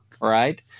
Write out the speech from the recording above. right